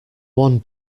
one